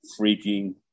freaking